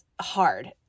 hard